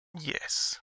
Yes